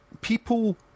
people